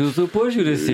jūsų požiūris į